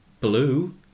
blue